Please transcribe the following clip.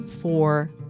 four